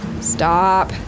Stop